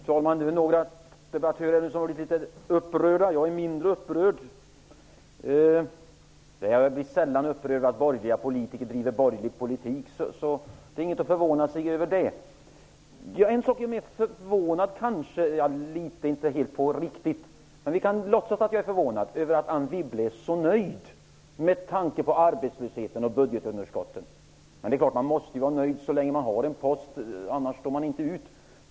Fru talman! Några debattörer har blivit upprörda. Jag är mindre upprörd. Jag blir sällan upprörd av att borgerliga politiker driver borgerlig politik, så det är ingenting att förvåna sig över. En sak förvånade mig kanske -- ja, inte riktigt, men vi kan låtsas att jag är förvånad -- nämligen att Anne Wibble är så nöjd med tanke på arbetslösheten och budgetunderskottet. Men man måste förstås vara nöjd så länge man har en post. Annars står man inte ut.